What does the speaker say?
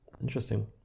Interesting